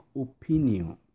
opinion